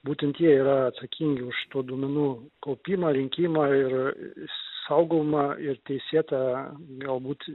būtent jie yra atsakingi už tų duomenų kaupimą rinkimą ir saugomą ir teisėtą galbūt